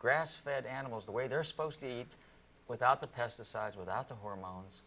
grass fed animals the way they're supposed to leave without the pesticides without the hormones